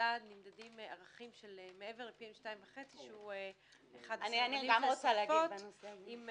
נמדדים ערכים מעבר ל-PM 2.5 של- -- שיכול להיות